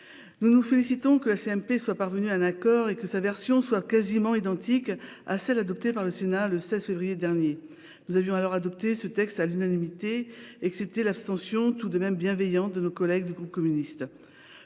Nous nous félicitons que la CMP soit parvenue à un accord et que sa version soit presque identique à celle qui a été adoptée par le Sénat le 16 février dernier. Nous avions alors voté en faveur de ce texte à l'unanimité, exception faite de l'abstention, tout de même bienveillante, de nos collègues du groupe communiste